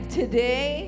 today